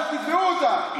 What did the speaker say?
תתבעו אותה.